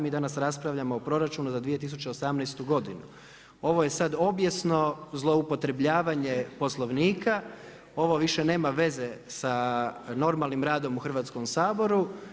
Mi danas raspravljamo o proračunu za 2018. g. Ovo je sad objesno zloupotrjebljavanje Poslovnika, ovo više nema veze sa normalnim radom u Hrvatskom saboru.